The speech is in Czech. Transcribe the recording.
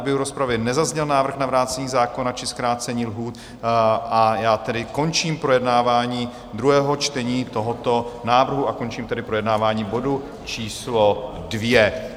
V průběhu rozpravy nezazněl návrh na vrácení zákona či zkrácení lhůt, a já tedy končím projednávání druhého čtení tohoto návrhu, a končím tedy projednávání bodu číslo 2.